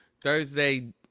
Thursday